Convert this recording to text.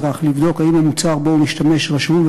אזרח לבדוק אם המוצר שהוא משתמש בו רשום ,